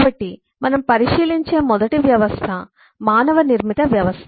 కాబట్టి మనం పరిశీలించే మొదటి వ్యవస్థ మానవ నిర్మిత వ్యవస్థ